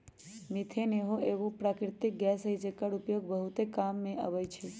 methane सेहो एगो प्राकृतिक गैस हई जेकर उपयोग बहुते काम मे अबइ छइ